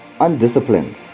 undisciplined